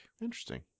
Interesting